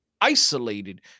isolated